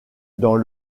dans